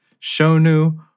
Shonu